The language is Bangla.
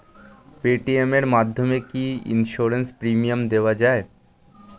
পেটিএম এর মাধ্যমে কি ইন্সুরেন্স প্রিমিয়াম দেওয়া যায়?